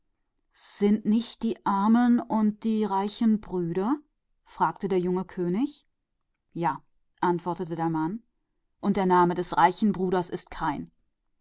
sind nicht die reichen und die armen brüder fragte der junge könig wohl antwortete der mann und der name des reichen bruders ist kain